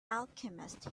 alchemist